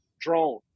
drone